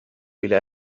إلى